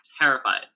terrified